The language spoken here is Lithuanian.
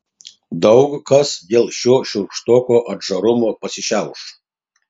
daug kas dėl šio šiurkštoko atžarumo pasišiauš